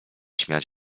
śmiać